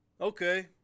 okay